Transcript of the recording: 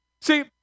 See